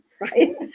right